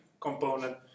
component